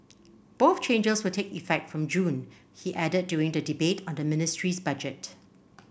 both changes will take effect from June he added during the debate on the ministry's budget